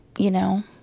you know,